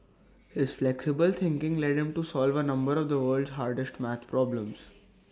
his flexible thinking led him to solve A number of the world's hardest math problems